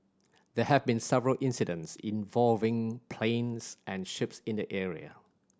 there have been several incidents involving planes and ships in the area